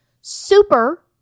super